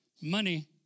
money